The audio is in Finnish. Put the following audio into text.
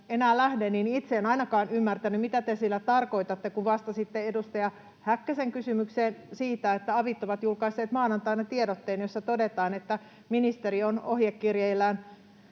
enää lähde, niin itse en ainakaan ymmärtänyt, mitä te sillä tarkoitatte, kun vastasitte edustaja Häkkäsen kysymykseen siitä, että avit ovat julkaisseet maanantaina tiedotteen, jossa todetaan, että ministeriö on ohjekirjeillään